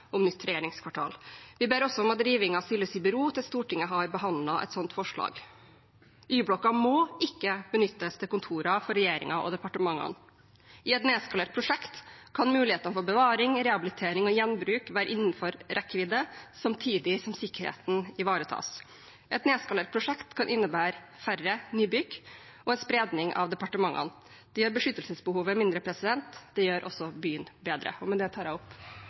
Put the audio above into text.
nytt regjeringskvartal. Vi ber også om at rivingen stilles i bero til Stortinget har behandlet et sånt forslag. Y-blokka må ikke benyttes til kontorer for regjeringen og departementene. I et nedskalert prosjekt kan mulighetene for bevaring, rehabilitering og gjenbruk være innenfor rekkevidde samtidig som sikkerheten ivaretas. Et nedskalert prosjekt kan innebære færre nybygg og en spredning av departementene. Det gjør beskyttelsesbehovet mindre. Det gjør også byen bedre. Med det tar jeg opp Miljøpartiet De Grønnes forslag. Representanten Une Bastholm har tatt opp